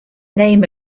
name